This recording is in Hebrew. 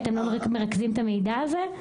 אתם לא מרכזים את המידע הזה?